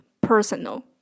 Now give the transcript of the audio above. personal